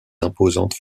imposantes